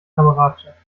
kameradschaft